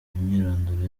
imyirondoro